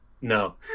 no